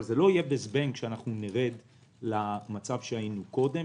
אבל זה לא יהיה בזבנג שנרד למצב שהיינו בו קודם.